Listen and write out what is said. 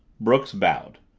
brooks bowed.